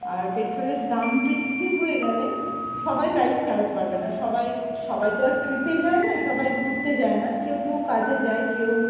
আর পেট্রোলের দাম বৃদ্ধি হয়ে গেলে সবাই বাইক চালাতে পারবে না সবাই সবাই তো আর ট্রিপে যায় না সবাই ঘুরতে যায় না কেউ কেউ কাজে যায় কেউ